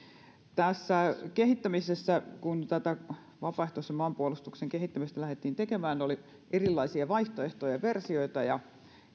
tässä kehittämisessä kun vapaaehtoisen maanpuolustuksen kehittämistä lähdettiin tekemään oli erilaisia vaihtoehtoja ja versioita